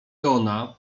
ona